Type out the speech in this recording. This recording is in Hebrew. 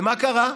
ומה קרה?